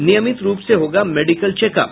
नियमित रूप से होगा मेडिकल चेकअप